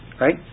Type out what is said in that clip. right